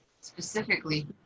specifically